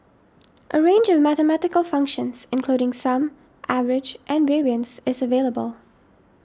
a range of mathematical functions including sum average and variance is available